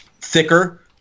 thicker